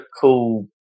cool